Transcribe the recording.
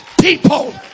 people